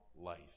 life